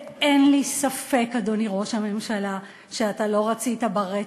אין לי ספק, אדוני ראש הממשלה, שאתה לא רצית ברצח.